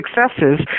successes